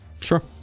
Sure